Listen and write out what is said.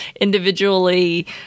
individually